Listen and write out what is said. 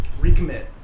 Recommit